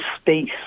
space